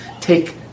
take